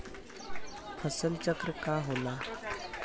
फसल चक्र का होला?